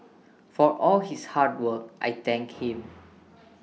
for all his hard work I thank him